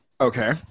Okay